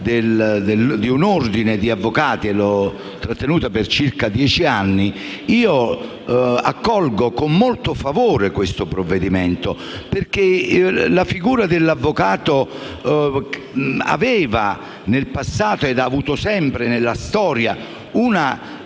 di un ordine degli avvocati e l'ho trattenuta per circa dieci anni, accolgo con molto favore il provvedimento in esame, perché la figura dell'avvocato aveva nel passato e ha avuto sempre nella storia una